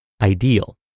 ideal